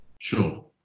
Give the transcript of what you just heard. Sure